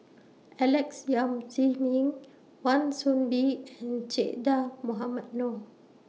Alex Yam Ziming Wan Soon Bee and Che Dah Mohamed Noor